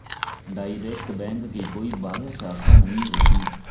direct bank की कोई बाह्य शाखा नहीं होती